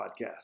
podcast